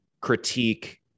critique